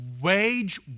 wage